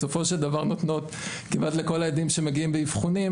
בסופו של דבר נותנות כמעט לכל הילדים שמגיעים באבחונים,